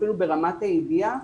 אפילו ברמת הידיעה,